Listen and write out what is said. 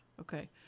okay